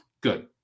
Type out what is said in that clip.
Good